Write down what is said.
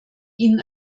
ihnen